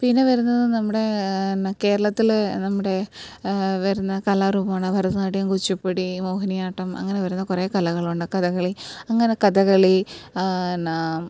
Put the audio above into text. പിന്നെ വരുന്നത് നമ്മുടെ പിന്നെ കേരളത്തിലെ നമ്മുടെ വരുന്ന കലാരൂപമാണ് ഭരതനാട്യം കുച്ചിപ്പുടി മോഹിനിയാട്ടം അങ്ങനെ വരുന്ന കുറേ കലകളുണ്ട് കഥകളി അങ്ങനെ കഥകളി പിന്നെ